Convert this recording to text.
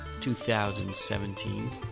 2017